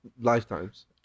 Lifetimes